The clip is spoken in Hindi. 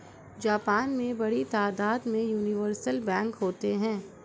जापान में बड़ी तादाद में यूनिवर्सल बैंक होते हैं